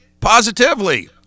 positively